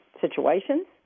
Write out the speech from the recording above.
situations